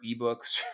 ebooks